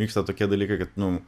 vyksta tokie dalykai kad nu